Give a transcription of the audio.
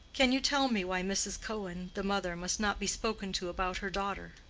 can you tell me why mrs. cohen, the mother, must not be spoken to about her daughter?